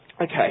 okay